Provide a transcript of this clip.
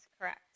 Correct